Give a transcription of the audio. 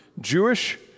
Jewish